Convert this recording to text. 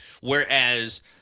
Whereas